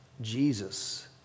Jesus